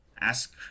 ask